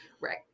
right